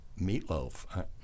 meatloaf